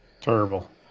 Terrible